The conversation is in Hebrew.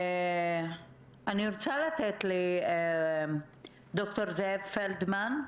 אני רוצה לתת לד"ר זאב פלדמן,